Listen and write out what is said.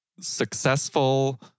successful